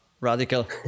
Radical